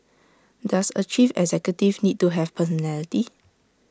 does A chief executive need to have personality